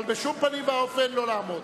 אבל בשום פנים ואופן לא לעמוד.